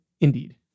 Indeed